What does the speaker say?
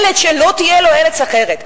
ילד שלא תהיה לו ארץ אחרת,